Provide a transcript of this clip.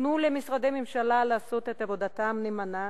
תנו למשרדי הממשלה לעשות את עבודתם נאמנה